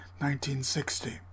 1960